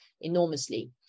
enormously